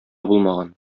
булмаган